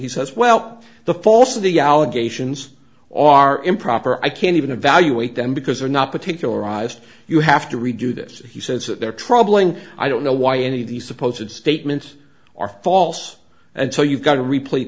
he says well the false of the allegations are improper i can't even evaluate them because they're not particularize you have to redo this he says that they're troubling i don't know why any of these supposed statements are false and so you've got to repla